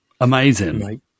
Amazing